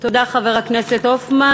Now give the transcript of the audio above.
תודה, חבר הכנסת הופמן.